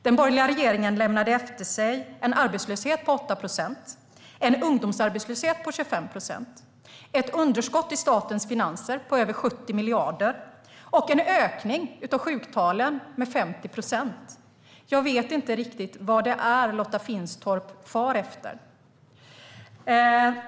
Den borgerliga regeringen lämnade efter sig en arbetslöshet på 8 procent, en ungdomsarbetslöshet på 25 procent, ett underskott i statens finanser på över 70 miljarder och en ökning av sjuktalen med 50 procent. Jag vet inte vad det är som Lotta Finstorp far efter.